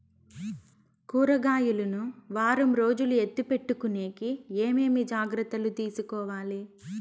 కూరగాయలు ను వారం రోజులు ఎత్తిపెట్టుకునేకి ఏమేమి జాగ్రత్తలు తీసుకొవాలి?